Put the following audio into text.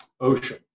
ocean